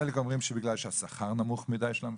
חלק אומרים שזה בגלל השכר הנמוך של המפקחים,